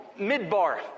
Midbar